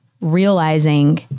realizing